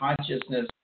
consciousness